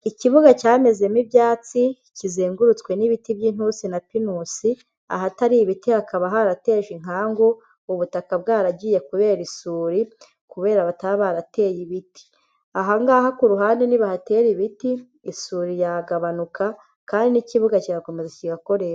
Ikibuga cyamezemo ibyatsi, kizengurutswe n'ibiti by'intunsi na pinusi, ahatari ibiti hakaba harateje inkangu ubutaka bwaragiye kubera isuri kubera bataba barateye ibiti. Ahangaha ku ruhande nibahatera ibiti, isuri yagabanuka kandi n'ikibuga kirakomeza kigakoreshwa.